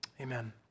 amen